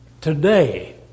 today